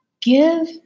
give